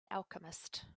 alchemist